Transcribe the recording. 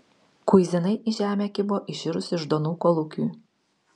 kuizinai į žemę kibo iširus iždonų kolūkiui